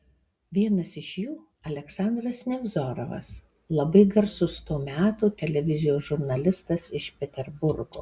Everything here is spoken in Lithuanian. vienas iš jų aleksandras nevzorovas labai garsus to meto televizijos žurnalistas iš peterburgo